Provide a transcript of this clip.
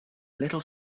little